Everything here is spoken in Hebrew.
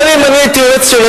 אבל אם אני הייתי יועץ שלו,